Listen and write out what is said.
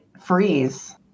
freeze